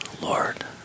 Lord